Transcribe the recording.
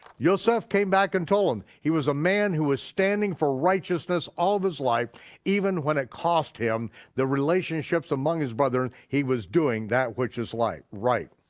yoseph came back and told him. he was a man who was standing for righteousness all his life even when it cost him the relationships among his brethren, he was doing that which is like right.